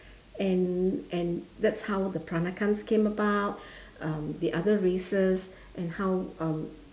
and and that's how the peranakans came about um the other races and how um